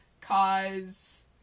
cause